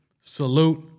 salute